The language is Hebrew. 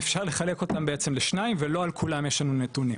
אפשר לחלק אותם בעצם לשניים ולא על כולם יש לנו נתונים,